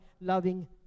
loving